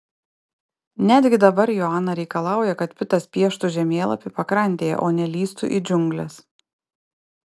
netgi dabar joana reikalauja kad pitas pieštų žemėlapį pakrantėje o ne lįstų į džiungles